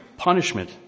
Punishment